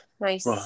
Nice